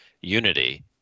unity